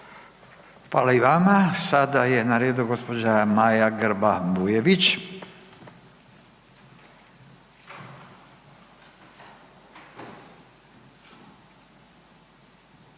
Hvala i vama. Sada je na redu gospođa Maja Grba Bujević,